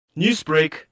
Newsbreak